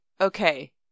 Okay